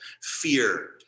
fear